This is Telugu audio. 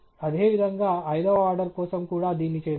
అదేవిధంగా ఐదవ ఆర్డర్ కోసం కూడా దీన్ని చేద్దాం